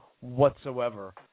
whatsoever